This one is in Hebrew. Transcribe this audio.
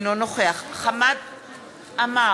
אינו נוכח חמד עמאר,